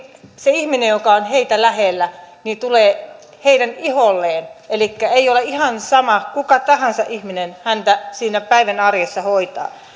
se ihminen joka on heitä lähellä tulee heidän iholleen elikkä ei ole ihan sama kuka ihminen häntä siinä päivän arjessa hoitaa